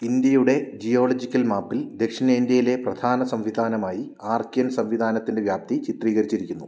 ഇന്ത്യയുടെ ജിയോളജിക്കൽ മാപ്പിൽ ദക്ഷിണേന്ത്യയിലെ പ്രധാന സംവിധാനമായി ആർക്കിയൻ സംവിധാനത്തിൻ്റെ വ്യാപ്തി ചിത്രീകരിച്ചിരിക്കുന്നു